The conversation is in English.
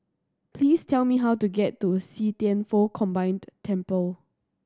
please tell me how to get to See Thian Foh Combined Temple